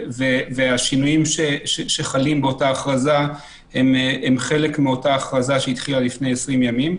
והשינויים שחלים באותה הכרזה הם חלק מאותה ההכרזה שהתחילה לפני 20 ימים,